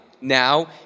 now